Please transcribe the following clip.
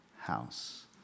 house